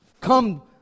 come